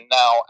now